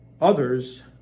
Others